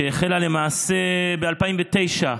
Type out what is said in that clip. שהחלה למעשה ב-2009,